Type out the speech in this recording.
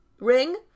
ring